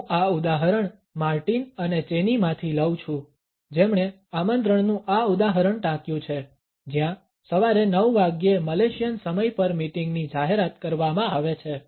હું આ ઉદાહરણ માર્ટિન અને ચેની માંથી લઉં છું જેમણે આમંત્રણનું આ ઉદાહરણ ટાંક્યું છે જ્યાં સવારે 9 વાગ્યે "મલેશિયન સમય" પર મીટિંગની જાહેરાત કરવામાં આવે છે